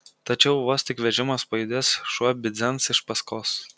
tačiau vos tik vežimas pajudės šuo bidzens iš paskos